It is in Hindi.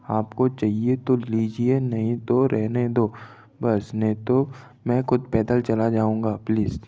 आपको चाहिए तो लीजिए नहीं तो रहने दो बस नहीं तो मैं खुद पैदल चला जाउँगा प्लीज